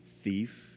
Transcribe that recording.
thief